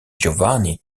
giovanni